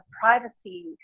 privacy